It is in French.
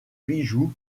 bijoux